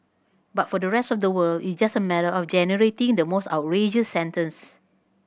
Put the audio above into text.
but for the rest of the world it's just a matter of generating the most outrageous sentence